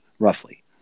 roughly